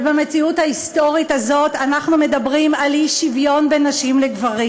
ובמציאות ההיסטורית הזאת אנחנו מדברים על אי-שוויון בין נשים לגברים.